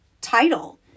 title